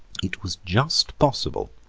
it was just possible,